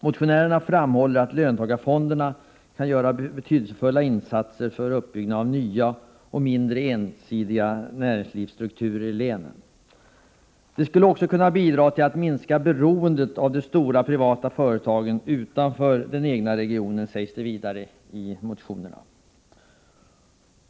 Motionärerna framhåller att löntagarfonderna kan göra betydelsefulla insatser för uppbyggnaden av nya och mindre ensidiga näringsstrukturer i länen. De skulle också kunna bidra till att minska beroendet av de stora privata företagen utanför den egna regionen, sägs det vidare i motionerna.